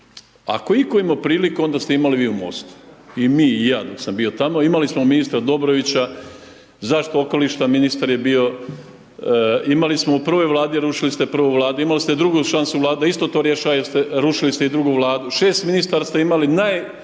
Ako je itko imao priliku, onda ste imali vi u MOST-u i mi, i ja dok sam bio tamo, imali smo ministra Dobrovića, zaštita okolišta, ministar je bio, imali smo u prvoj Vladi, rušili ste prvu Vladu, imali ste drugu šansu, Vlada isto to rješaje, rušili ste i drugu Vladu, 6 ministara ste imali, imali